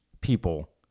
people